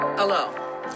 Hello